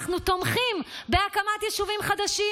אנחנו תומכים בהקמת יישובים חדשים.